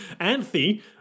Anthe